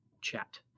chat